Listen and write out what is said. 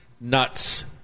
Nuts